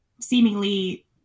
seemingly